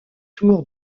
tour